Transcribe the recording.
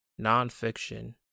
nonfiction